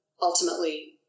ultimately